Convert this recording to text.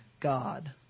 God